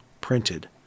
printed